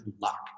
luck